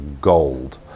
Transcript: Gold